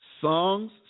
Songs